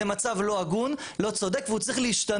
זה מצב לא הגון, לא צודק והוא צריך להשתנות.